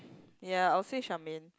ya I'll say Charmaine